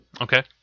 Okay